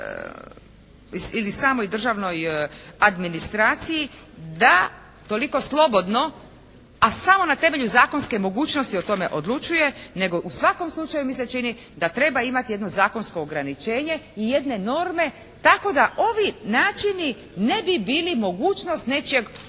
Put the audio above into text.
ili samoj državnoj administraciji da toliko slobodno, a samo na temelju zakonske mogućnosti o tome odlučuje, nego u svakom slučaju mi se čini da treba imati jedno zakonsko ograničenje i jedne norme, tako da ovi načini ne bi bili mogućnost nečijeg